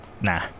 Nah